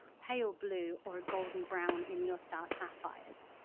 pale blue or a golden brown in your star sapphires.